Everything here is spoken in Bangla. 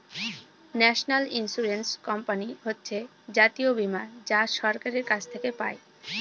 ন্যাশনাল ইন্সুরেন্স কোম্পানি হচ্ছে জাতীয় বীমা যা সরকারের কাছ থেকে পাই